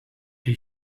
the